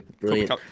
Brilliant